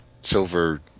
silver